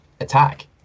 attack